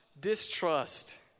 distrust